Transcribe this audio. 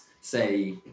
say